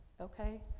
okay